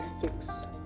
fix